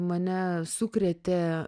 mane sukrėtė